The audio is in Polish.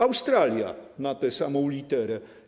Australia, na tę samą literę.